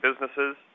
businesses